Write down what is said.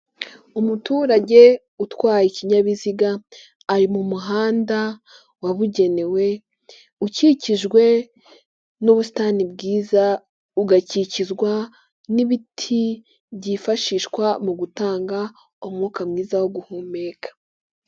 Umuturage utwaye ikinyabiziga ari mu muhanda wabugenewe ukikijwe n'ubusitani bwiza ugakikizwa n'ibiti byifashishwa mu gutanga umwuka mwiza wo guhumeka.